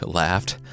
laughed